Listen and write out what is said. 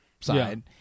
side